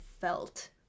felt